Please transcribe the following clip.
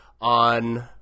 on